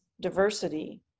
diversity